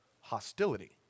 hostility